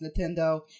Nintendo